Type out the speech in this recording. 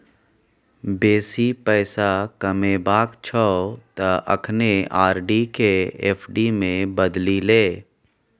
बेसी पैसा कमेबाक छौ त अखने आर.डी केँ एफ.डी मे बदलि ले